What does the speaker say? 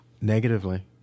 Negatively